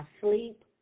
sleep